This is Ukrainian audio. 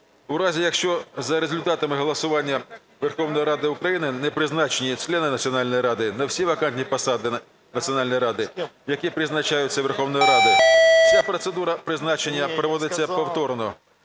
У разі, якщо за результатами голосування Верховної Ради України не призначені члени Національної ради на всі вакантні посади Національної ради, які призначаються Верховною Радою, вся процедура призначення проводиться повторно,